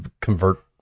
convert